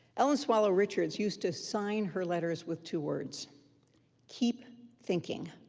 ellen swallow-richards used to sign her letters with two words keep thinking.